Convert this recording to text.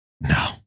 No